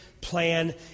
plan